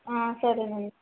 ఆ సరే అండి